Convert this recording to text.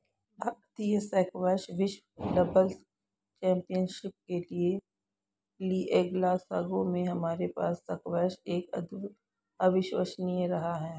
भारतीय स्क्वैश विश्व doubles championship के लिएग्लासगो में हमारे पास स्क्वैश एक अविश्वसनीय रहा है